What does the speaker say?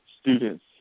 students